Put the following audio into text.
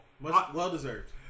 Well-deserved